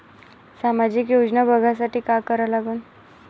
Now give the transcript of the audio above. सामाजिक योजना बघासाठी का करा लागन?